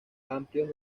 amplios